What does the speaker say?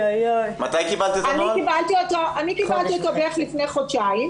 אני קיבלתי אותו בערך לפני חודשיים.